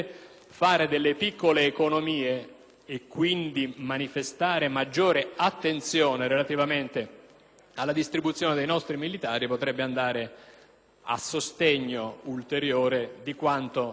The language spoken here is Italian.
alla distribuzione dei nostri militari potrebbe andare ad ulteriore sostegno di quanto viene fatto in giro per il mondo. Il problema, però, come è stato sottolineato più volte, da ultimo dal senatore e generale Del Vecchio,